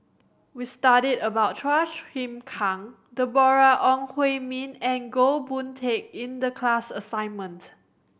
we studied about Chua Chim Kang Deborah Ong Hui Min and Goh Boon Teck in the class assignment